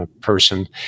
Person